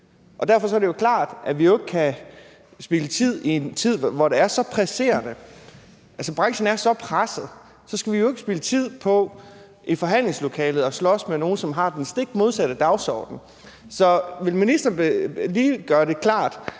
Derfor er det jo klart, at vi ikke kan spilde tid i en tid, hvor det er så presserende. Branchen er så presset, og så skal vi jo ikke spilde tid på i forhandlingslokalet at slås med nogen, som har den stik modsatte dagsorden. Så vil ministeren lige gøre det klart: